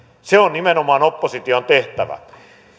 se on nimenomaan opposition tehtävä